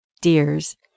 deers